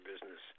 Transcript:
business